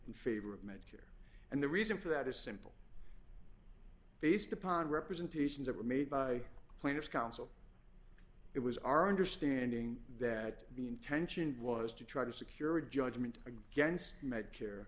in favor of medicare and the reason for that is simple based upon representations that were made by plaintiff's counsel it was our understanding that the intention was to try to secure a judgment against medicare